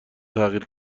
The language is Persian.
تغییر